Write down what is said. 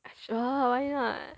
I sure why not